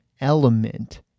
element